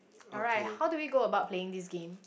alright how do we go about playing this game